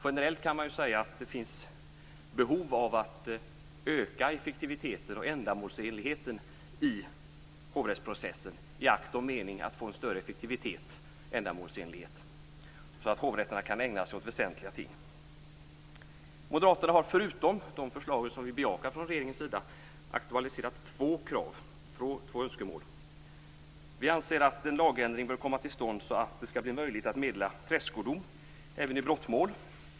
Generellt kan man säga att det finns behov av att öka effektiviteten och ändamålsenligheten i hovrättsprocessen i akt och mening att få en större effektivitet och ändamålsenlighet så att hovrätterna skall kunna ägna sig åt väsentliga ting. Moderaterna har förutom de förslag från regeringen som vi bejakar aktualiserat två krav, två önskemål. Vi anser att en lagändring bör komma till stånd så att det skall bli möjligt att meddela tredskodom även i brottmål.